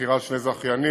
בחירת שני זכיינים,